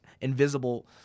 invisible